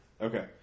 Okay